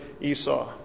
Esau